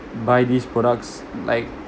buy these products like